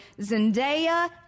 Zendaya